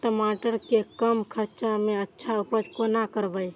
टमाटर के कम खर्चा में अच्छा उपज कोना करबे?